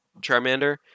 Charmander